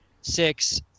six